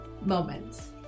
moments